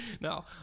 No